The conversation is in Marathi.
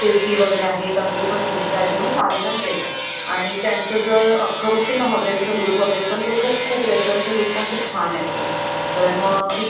क्रिस्पी वगैरे आहे तंदूर पण तीनशे चारशे म साधारण रेट आहे आणि त्यांचं ज अख्खं बघशील ना हॉटेलचं लूक वगैरे पण तो खूप खूप रेस्टोरंटचा लुक पण खूप छान आहे तर मग ती